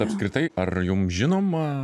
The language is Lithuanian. apskritai ar jum žinoma